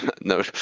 no